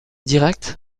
directe